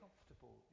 comfortable